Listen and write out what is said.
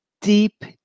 Deep